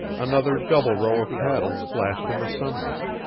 another double row of paddles flashed in the sunlight,